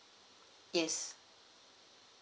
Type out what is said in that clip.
yes